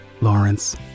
Lawrence